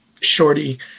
shorty